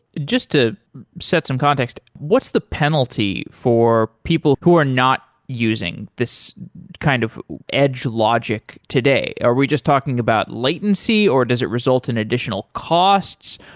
just to set some context, what's the penalty for people who are not using this kind of edge logic today? are we just talking about latency or does it result in additional costs?